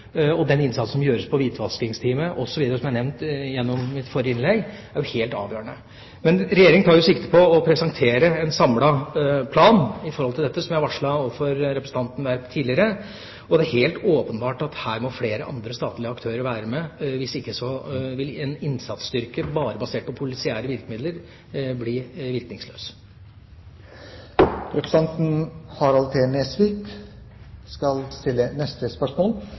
og den innsats som gjøres i hvitvaskingsteamet osv., og som er nevnt i mitt forrige innlegg, er jo helt avgjørende. Regjeringa tar sikte på å presentere en samlet plan om dette, som jeg har varslet overfor representanten Werp tidligere, og det er helt åpenbart at her må flere andre statlige aktører være med. Hvis ikke, vil en innsatsstyrke bare basert på politiære virkemidler, bli virkningsløs. Vi behandler nå spørsmål 8. Dette spørsmålet, fra representanten Harald T. Nesvik